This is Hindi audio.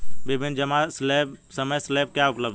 विभिन्न जमा समय स्लैब क्या उपलब्ध हैं?